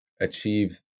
achieve